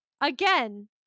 again